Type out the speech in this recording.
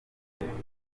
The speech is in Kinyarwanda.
umugabo